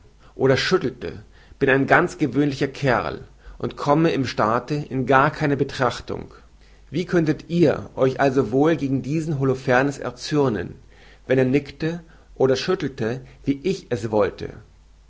oder schüttelte bin ein ganz gewöhnlicher kerl und komme im staate in gar keine betrachtung wie könntet ihr euch also wohl gegen diesen holofernes erzürnen wenn er nickte oder schüttelte wie ich es wollte